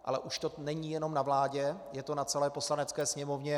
Ale už to není jenom na vládě, je to na celé Poslanecké sněmovně.